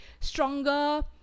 stronger